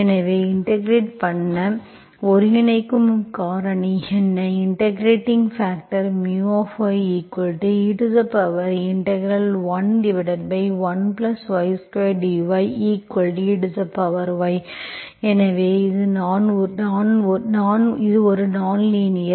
எனவே இன்டெகிரெட் பண்ண எனவே ஒருங்கிணைக்கும் காரணி என்ன இன்டெகிரெட்பாக்டர் ye11 y2 dyey எனவே நான் ஒரு லீனியர்